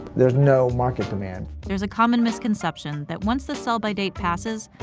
there's no market demand. there's a common misconception that once the sell-by date passes,